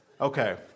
Okay